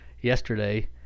yesterday